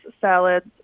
salads